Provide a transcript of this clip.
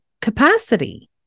capacity